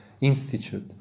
institute